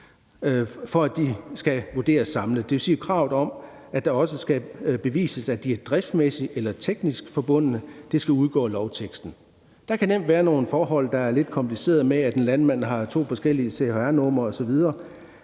til at de skal vurderes samlet. Det vil sige, at kravet om, at det også skal bevises, at de er driftsmæssigt eller teknisk forbundne, skal udgå af lovteksten. Der kan nemt være nogle forhold, der er lidt komplicerede, f.eks. at en landmand har to forskellige CHR-numre osv.